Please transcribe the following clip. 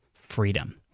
freedom